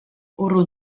urrun